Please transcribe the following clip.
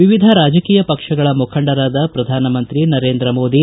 ವಿವಿಧ ರಾಜಕೀಯ ಪಕ್ಷಗಳ ಮುಖಂಡರಾದ ಪ್ರಧಾನಮಂತ್ರಿ ನರೇಂದ್ರಮೋದಿ